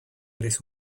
eres